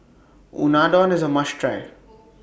Unadon IS A must Try